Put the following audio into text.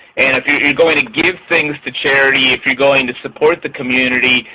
and if you're going to give things to charity, if you're going to support the community,